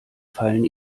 fallen